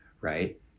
right